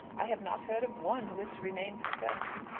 i have not heard of one who is to remain for certain.